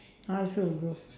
I also will go